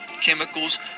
chemicals